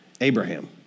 Abraham